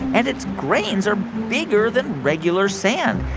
and its grains are bigger than regular sand,